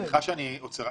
סליחה שאני עוצר.